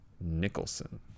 Nicholson